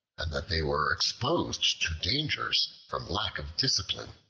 and that they were exposed to dangers from lack of discipline.